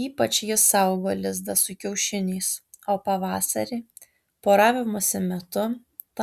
ypač jis saugo lizdą su kiaušiniais o pavasarį poravimosi metu